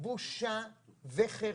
בושה וחרפה.